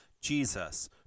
Jesus